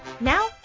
Now